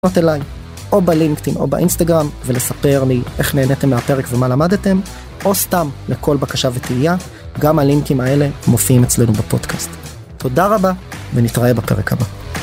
או בלינקדאין, או באינסטגרם, ולספר לי איך נהניתם מהפרק ומה למדתם, או סתם לכל בקשה ותהייה, גם הלינקים האלה מופיעים אצלנו בפודקאסט. תודה רבה, ונתראה בפרק הבא.